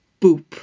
boop